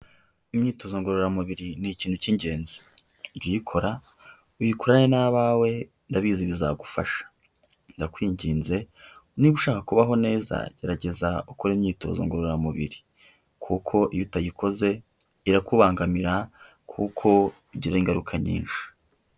Imyitozo ngororamubiri ni ikintu cy'ingenzi, jya uyikora uyikorane n'abawe ndabizi bizagufasha, ndakwinginze niba ushaka kubaho neza gerageza ukore imyitozo ngororamubiri, kuko iyo utayikoze irakubangamira kuko ugiraho ingaruka nyinshi.